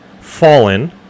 fallen